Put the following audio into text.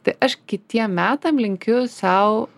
tai aš kitiem metam linkiu sau